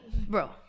bro